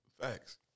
Facts